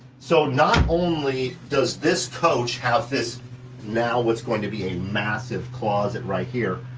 so not only does this coach have this now what's going to be a massive closet right here,